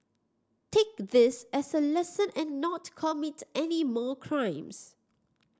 take this as a lesson and not commit any more crimes